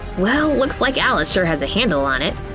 well, looks like alice sure has a handle on it!